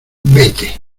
vete